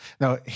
Now